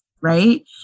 Right